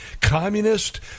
communist